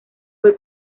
fue